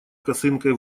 косынкой